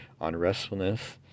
unrestfulness